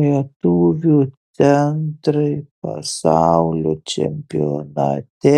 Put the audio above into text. lietuvių centrai pasaulio čempionate